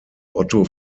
otto